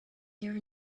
there